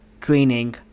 training